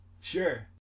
sure